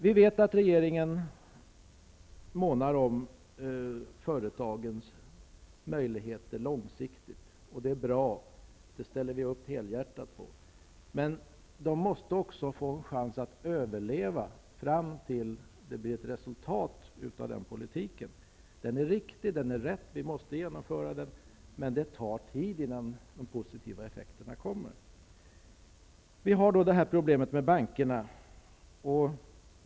Vi vet att regeringen månar om företagens möjligheter långsiktigt. Det är bra, och det ställer vi helhjärtat upp på. Men de måste också få chans att överleva fram tills det blir resultat av den förda politiken. Den är rätt och riktig, och den måste vi genomföra, men det tar tid innan de positiva effekterna uppstår. Sedan har vi det här problemet med bankerna.